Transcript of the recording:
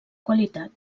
qualitat